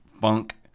funk